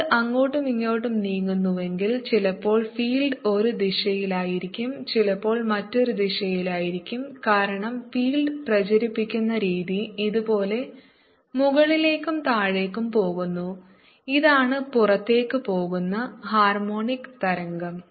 അത് അങ്ങോട്ടും ഇങ്ങോട്ടും നീങ്ങുന്നുവെങ്കിൽ ചിലപ്പോൾ ഫീൽഡ് ഒരു ദിശയിലായിരിക്കും ചിലപ്പോൾ മറ്റൊരു ദിശയിലായിരിക്കും കാരണം ഫീൽഡ് പ്രചരിപ്പിക്കുന്ന രീതി ഇതുപോലെ മുകളിലേക്കും താഴേക്കും പോകുന്നു ഇതാണ് പുറത്തേക്ക് പോകുന്ന ഹാർമോണിക് തരംഗം